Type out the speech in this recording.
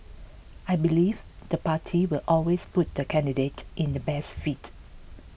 I believe the party will always put the candidate in the best fit